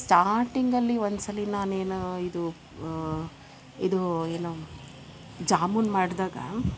ಸ್ಟಾರ್ಟಿಂಗಲ್ಲಿ ಒಂದ್ಸಲಿ ನಾನೇನು ಇದು ಇದು ಏನು ಜಾಮೂನ್ ಮಾಡ್ದಾಗ